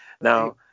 now